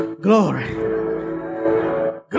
glory